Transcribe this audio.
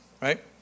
right